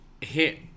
hit